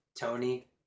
Tony